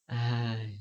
!hais!